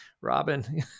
Robin